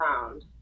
found